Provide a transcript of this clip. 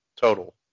total